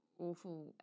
awful